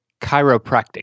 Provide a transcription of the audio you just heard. Chiropractic